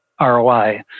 ROI